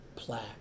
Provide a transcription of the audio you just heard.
plaque